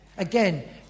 again